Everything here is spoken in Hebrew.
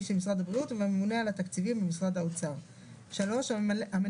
של משרד הבריאות והממונה על התקציבים במשרד האוצר; (3)המנהל